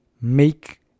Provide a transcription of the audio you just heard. make